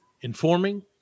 informing